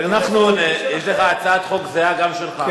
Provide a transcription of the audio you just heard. אנחנו, יש לך הצעת חוק זהה, גם שלך.